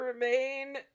remain